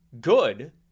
good